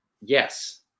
Yes